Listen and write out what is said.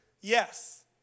yes